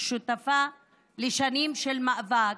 והייתה שותפה לשנים של מאבק,